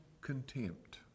contempt